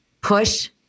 push